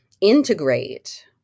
integrate